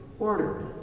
order